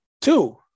two